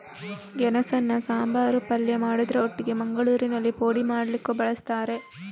ಗೆಣಸನ್ನ ಸಾಂಬಾರು, ಪಲ್ಯ ಮಾಡುದ್ರ ಒಟ್ಟಿಗೆ ಮಂಗಳೂರಿನಲ್ಲಿ ಪೋಡಿ ಮಾಡ್ಲಿಕ್ಕೂ ಬಳಸ್ತಾರೆ